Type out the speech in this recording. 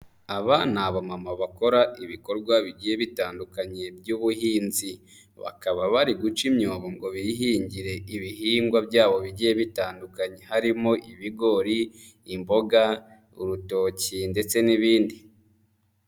Aba ni abamama bakora ibikorwa bigiye bitandukanye by'ubuhinzi, bakaba bari guca imyobo ngo bihingire ibihingwa byabo bigiye bitandukanye harimo; ibigori, imboga, urutoki ndetse n'ibindi.